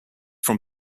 from